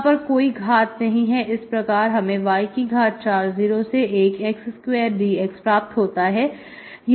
यहां पर कोई घात नहीं है इस प्रकार हमें y40xx2dxप्राप्त होता है